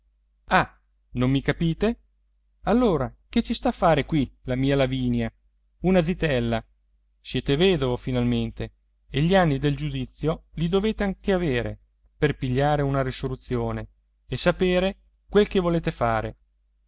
ah non mi capite allora che ci sta a far qui la mia lavinia una zitella siete vedovo finalmente e gli anni del giudizio li dovete anche avere per pigliare una risoluzione e sapere quel che volete fare